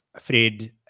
fred